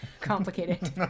complicated